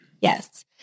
Yes